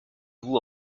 vous